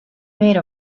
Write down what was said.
made